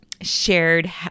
shared